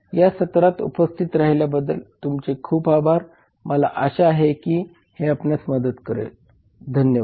या सत्राला उपस्थित राहिल्याबद्दल तुमचे खूप आभार मला आशा आहे की हे आपणास मदत करेल धन्यवाद